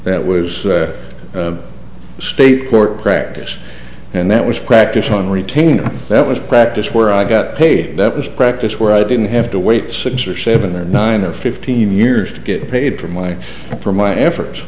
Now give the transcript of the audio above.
that was state court practice and that was practice on retainer that was practiced where i got paid that was practice where i didn't have to wait six or seven or nine or fifteen years to get paid for my for my effort